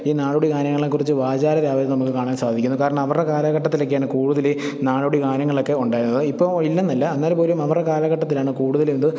ഈ നാടോടി ഗാനങ്ങളെക്കുറിച്ച് വാചാലരാകുന്നത് നമ്മള് കാണാൻ സാധിക്കുന്നു കാരണം അവരുടെ കാലഘട്ടത്തിലക്കെയാണ് കൂടുതല് നാടോടി ഗാനങ്ങളൊക്കെ ഉണ്ടായത് ഇപ്പോൾ ഇല്ലെന്നല്ല എന്നാൽപോലും അവരുടെ കാലഘട്ടത്തിലാണ് കൂടുതലും ഇത്